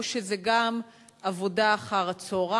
או שזה גם עבודה אחר-הצהריים,